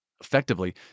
effectively